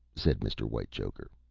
said mr. whitechoker.